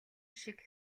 шиг